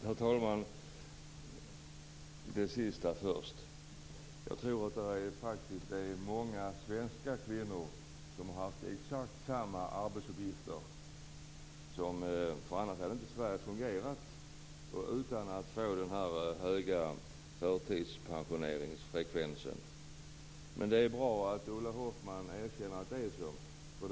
Herr talman! Det sista först: Jag tror att det är många svenska kvinnor som har haft exakt samma arbetsuppgifter - annars hade inte Sverige fungerat - utan att det har blivit så hög förtidspensionsfrekvens. Men det är bra att Ulla Hoffmann erkänner att det är så.